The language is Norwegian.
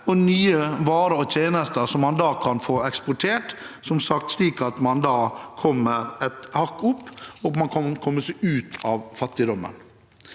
og nye varer og tjenester, som man da kan få eksportert, slik at man kommer et hakk opp og kan komme seg ut av fattigdommen.